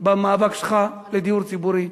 במאבק שלך לדיור ציבורי.